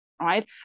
right